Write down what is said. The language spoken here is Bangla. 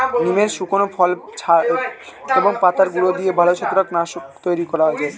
নিমের শুকনো ফল, ছাল এবং পাতার গুঁড়ো দিয়ে ভালো ছত্রাক নাশক তৈরি করা যায়